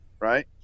Right